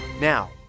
Now